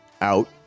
out